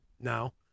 now